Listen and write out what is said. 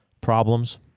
problems